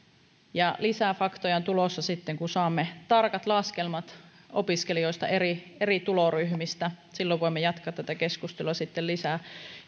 ja lisää faktoja on tulossa sitten kun saamme tarkat laskelmat opiskelijoista eri eri tuloryhmissä silloin voimme jatkaa tätä keskustelua sitten lisää